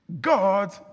God